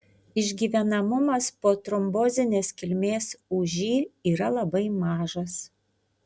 išgyvenamumas po trombozinės kilmės ūži yra labai mažas